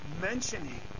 mentioning